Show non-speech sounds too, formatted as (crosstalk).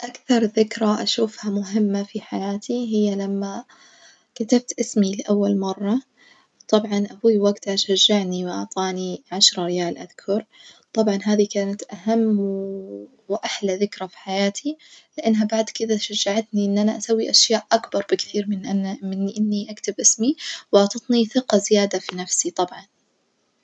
أكثر ذكرى أشوفها مهمة في حياتي هي لما كتبت اسمي لأول مرة، طبعًا أبوي وجتها شجعني وعطاني عشرة ريال أذكر، طبعًا هذي كانت أهم و (hesitation) وأحلى ذكرى في حياتي، لأنها بعد كدة شجعتني إن أنا أسوي أشياء أكبر بكثير من أن من إني أكتب اسمي، وعطتني ثقة زيادة في نفسي طبعًا.